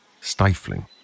stifling